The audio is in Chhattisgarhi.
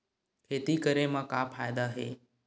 खेती करे म का फ़ायदा हे?